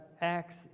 Acts